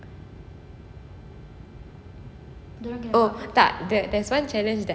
oh tak there is one challenge that I like